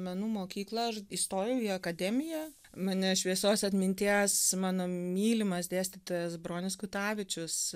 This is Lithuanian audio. menų mokyklą aš įstojau į akademiją mane šviesios atminties mano mylimas dėstytojas bronius kutavičius